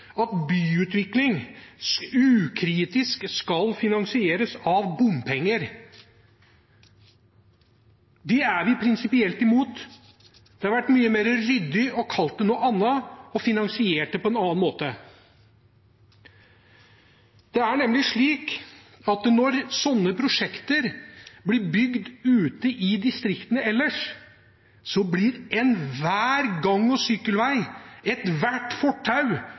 Det hadde vært mye mer ryddig å kalle det noe annet og finansiere det på en annen måte. Det er nemlig slik at når sånne prosjekter blir bygd ute i distriktene ellers, blir enhver gang- og sykkelvei, ethvert fortau